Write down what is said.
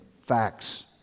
facts